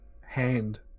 hand